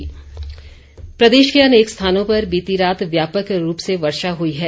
मौसम प्रदेश के अनेक स्थानों पर बीती रात व्यापक रूप से वर्षा हुई है